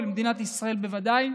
ולמדינת ישראל בוודאי.